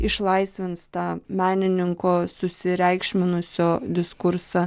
išlaisvins tą menininko susireikšminusio diskursą